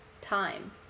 time